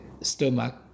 stomach